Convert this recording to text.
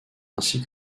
ainsi